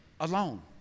alone